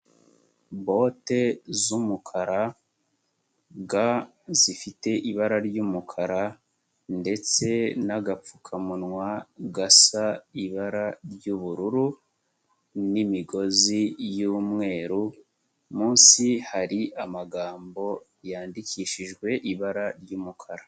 Bote z'umukara, ga zifite ibara ry'umukara ndetse n'agapfukamunwa gasa ibara ry'ubururu n'imigozi y'umweru, munsi hari amagambo yandikishijwe ibara ry'umukara.